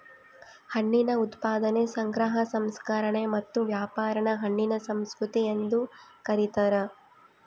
ಹಣ್ಣಿನ ಉತ್ಪಾದನೆ ಸಂಗ್ರಹ ಸಂಸ್ಕರಣೆ ಮತ್ತು ವ್ಯಾಪಾರಾನ ಹಣ್ಣಿನ ಸಂಸ್ಕೃತಿ ಎಂದು ಕರೀತಾರ